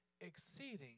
exceeding